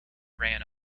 ran